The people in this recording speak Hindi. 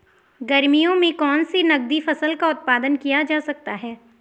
गर्मियों में कौन सी नगदी फसल का उत्पादन किया जा सकता है?